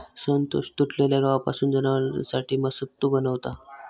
संतोष तुटलेल्या गव्हापासून जनावरांसाठी सत्तू बनवता